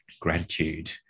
gratitude